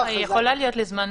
היא יכולה להיות לזמן